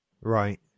right